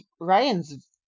Ryan's